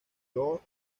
york